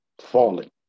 falling